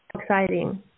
Exciting